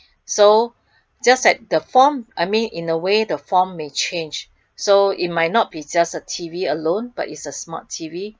so just like the form I mean in a way the form may change so it might not just be a T_V alone but it's a smart T_V